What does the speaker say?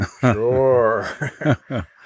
Sure